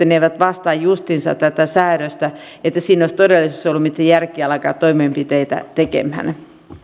ne eivät vastaa justiinsa tätä säädöstä niin siinä olisi todellisuudessa ollut mitään järkeä alkaa toimenpiteitä tekemään